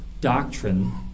doctrine